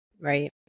right